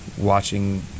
watching